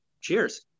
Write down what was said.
cheers